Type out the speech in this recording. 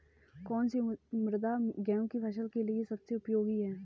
कौन सी मृदा गेहूँ की फसल के लिए सबसे उपयोगी है?